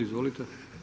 Izvolite.